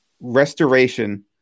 restoration